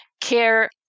care